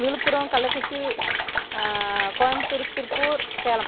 Villupuram Kallakurichi Coimbatore Tiruppur Salem